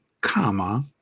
comma